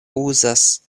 uzas